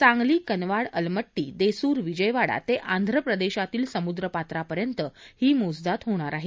सांगली कनवाड अलमट्टी देसुर विजयवाडा ते आंध्र प्रदेशातील समुद्र पात्रापर्यंत ही मोजदाद होणार आहे